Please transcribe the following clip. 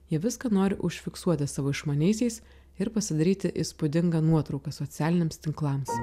jie viską nori užfiksuoti savo išmaniaisiais ir pasidaryti įspūdingą nuotrauką socialiniams tinklams